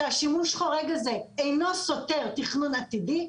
שהשימוש חורג הזה אינו סותר תכנון עתידי,